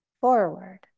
forward